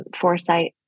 foresight